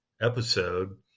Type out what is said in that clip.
episode